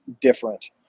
different